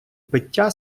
пиття